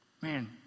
Man